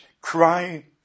cry